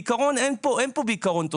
בעקרון אין כאן תוספת.